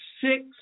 six